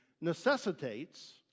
necessitates